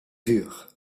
vuur